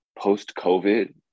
post-COVID